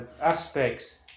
aspects